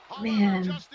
man